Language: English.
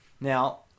Now